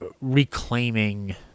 reclaiming